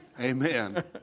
Amen